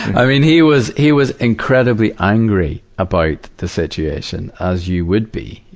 i mean, he was, he was incredibly angry about the situation, as you would be.